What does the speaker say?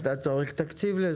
אתה צריך תקציב לזה.